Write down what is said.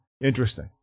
Interesting